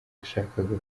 yashakaga